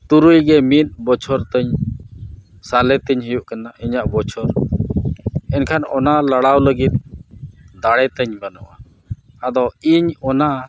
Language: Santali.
ᱛᱩᱨᱩᱭ ᱜᱮ ᱢᱤᱫ ᱵᱚᱪᱷᱚᱨ ᱛᱤᱧ ᱥᱟᱞᱮ ᱛᱤᱧ ᱦᱩᱭᱩᱜ ᱠᱟᱱᱟ ᱤᱧᱟᱹᱜ ᱵᱚᱪᱷᱚᱨ ᱮᱱᱠᱷᱟᱱ ᱚᱱᱟ ᱞᱟᱲᱟᱣ ᱞᱟᱹᱜᱤᱫ ᱫᱟᱲᱮ ᱛᱤᱧ ᱵᱟᱹᱱᱩᱜᱼᱟ ᱟᱫᱚ ᱤᱧ ᱚᱱᱟ